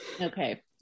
Okay